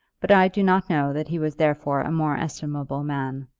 but i do not know that he was therefore a more estimable man.